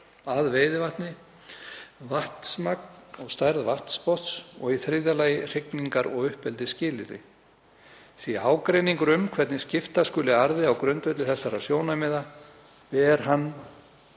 að veiðivatni, vatnsmagn og stærð vatnsbotns og í þriðja lagi hrygningar- og uppeldisskilyrði. Sé ágreiningur um hvernig skipta skuli arði á grundvelli þessara sjónarmiða er hann